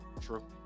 True